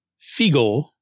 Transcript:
Fiegel